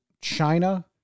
China